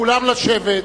כולם לשבת.